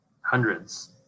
Hundreds